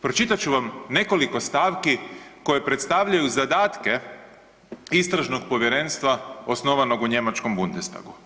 Pročitat ću vam nekoliko stavki koje predstavljaju zadatke Istražnog povjerenstva osnovanog u njemačkom Bundestagu.